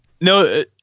No